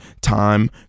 time